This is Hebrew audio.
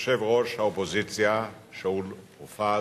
יושב-ראש האופוזיציה שאול מופז,